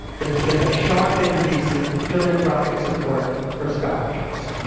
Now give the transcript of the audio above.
there's been a sharp increase in philanthropic support for scholarships.